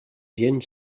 gent